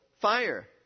fire